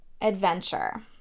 adventure